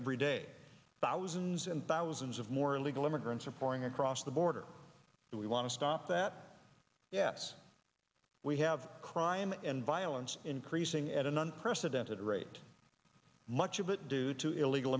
every day thousands and thousands of more illegal immigrants are pouring across the border and we want to stop that yes we have crime and violence increasing at an unprecedented rate much of it due to illegal